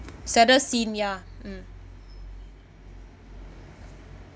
saddest scene ya mm